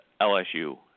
LSU